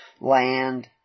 land